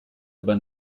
aber